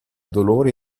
dolore